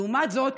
לעומת זאת,